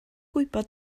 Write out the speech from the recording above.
gwybod